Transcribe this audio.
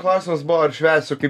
klausimas buvo ar švęsiu kaip